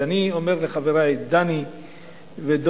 ואני אומר לחברי דני ודב,